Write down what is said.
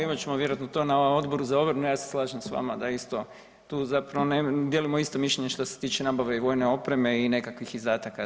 Evo imat ćemo to vjerojatno na Odbor za obranu, ja se slažem s vama da isto tu zapravo dijelimo isto mišljenje što se tiče nabave i vojne opreme i nekakvih izdataka.